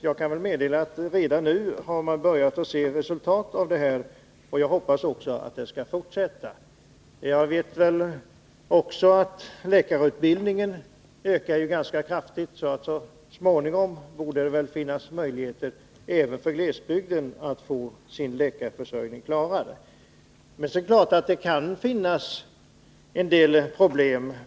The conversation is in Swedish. Jag kan meddela att man redan nu har börjat se resultatet av detta beslut, och jag hoppas att det skall ge resultat också i fortsättningen. Läkarutbildningen ökar ju ganska kraftigt, och så småningom borde det finnas möjligheter även för glesbygden att få sitt läkarbehov tillgodosett. Men det är klart att det kan finnas en del problem.